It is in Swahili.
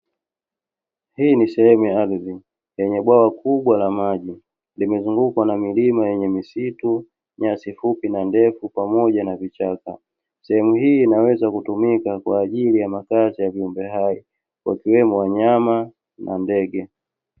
Hii ni sehemu ya ardhi lenye bwawa kubwa la maji limezungukwa na milima yenye misitu nyasi fupi na ndefu pamoja na vichaka. Sehemu hii inaweza kutumika kwa ajili ya makazi ya viumbe hai wakiwemo wanyama na ndege.